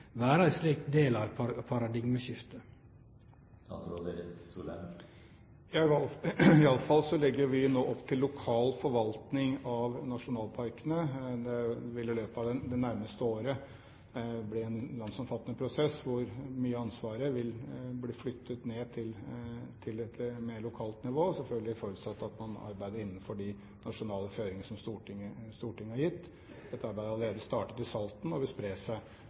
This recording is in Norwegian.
slik del av eit paradigmeskifte? I alle fall legger vi nå opp til lokal forvaltning av nasjonalparkene. Det vil i løpet av det nærmeste året bli en landsomfattende prosess, hvor mye av ansvaret vil bli flyttet ned til et mer lokalt nivå, selvfølgelig forutsatt at man arbeider innenfor de nasjonale føringene som Stortinget har gitt. Dette arbeidet har allerede startet i Salten og vil spre seg